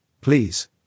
please